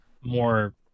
more